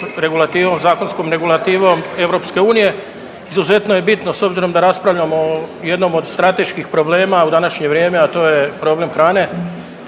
zakonskom regulativom EU, izuzetno je bitno s obzirom da raspravljamo o jednom od strateških problema u današnje vrijeme, a to je problem hrane,